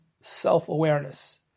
self-awareness